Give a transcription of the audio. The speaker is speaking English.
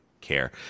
care